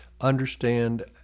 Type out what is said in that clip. understand